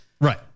Right